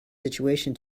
situation